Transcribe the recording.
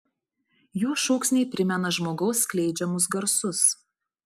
jų šūksniai primena žmogaus skleidžiamus garsus